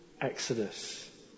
Exodus